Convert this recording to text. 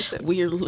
Weird